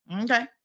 okay